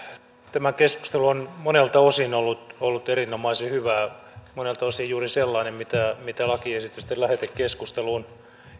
tämä keskustelu on monelta osin ollut ollut erinomaisen hyvää monelta osin juuri sellainen mitä mitä lakiesitysten lähetekeskustelujen